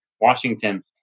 washington